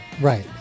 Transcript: right